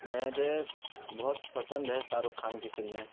میں جے بہت پسند ہے شاہ رخ خان کی فلمیں